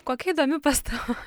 kokia įdomi pastaba